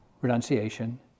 renunciation